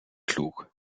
klug